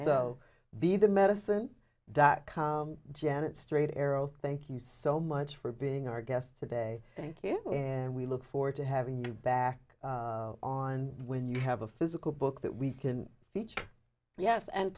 be the medicine dot com janet straight arrow thank you so much for being our guests today thank you and we look forward to having you back on when you have a physical book that we can feature yes and